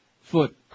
foot